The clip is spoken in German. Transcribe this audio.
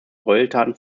gräueltaten